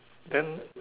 then